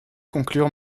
conclure